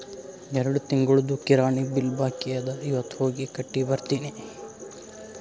ಎರಡು ತಿಂಗುಳ್ದು ಕಿರಾಣಿ ಬಿಲ್ ಬಾಕಿ ಅದ ಇವತ್ ಹೋಗಿ ಕಟ್ಟಿ ಬರ್ತಿನಿ